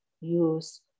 use